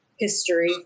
history